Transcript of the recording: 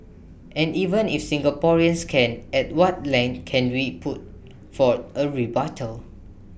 and even if Singaporeans can at what length can we put forth A rebuttal